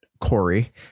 Corey